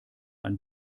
ein